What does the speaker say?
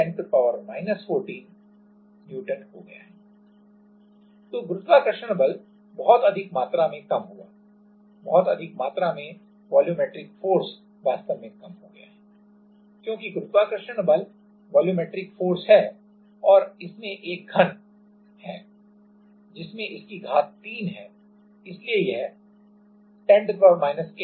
तो गुरुत्वाकर्षण बल बहुत अधिक मात्रा में कम हो गया है बहुत अधिक मात्रा में वॉल्यूमेट्रिक फोर्स वास्तव में कम हो गया है क्योंकि गुरुत्वाकर्षण बल है और इसमें एक घन है जिसमें इसकी घात 3 है